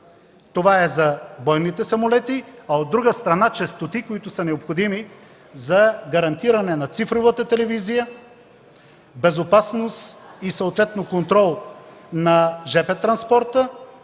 Това е за бойните самолети, а от друга страна честоти, необходими за гарантиране на цифровата телевизия, безопасност и съответно контрол на жп транспорта